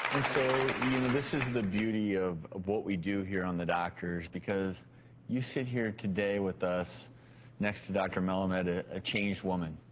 and so this is the beauty of what we do here on the doctors because you sit here today with us next to dr. melamed a ah changed woman.